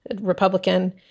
Republican